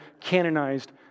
canonized